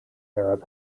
arab